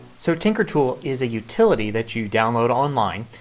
so tinkertool is a utility that you download online,